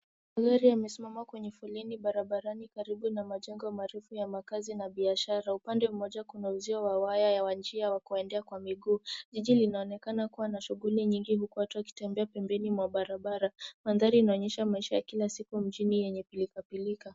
Magari yamesimama kwenye foleni barabarani karibu na majengo marefu ya makazi na biashara. Upande mmoja kuna uzio wa waya ya njia ya kuenda kwa miguu. Jiji linaonekana kuwa na shughuli nyingi, huku watu wakitembea pembeni mwa barabara. Mandhari inaonyesha maisha ya kila siku mjini yenye pilikapilika.